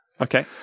Okay